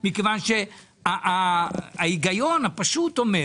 מכיוון שההיגיון הפשוט אומר